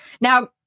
Now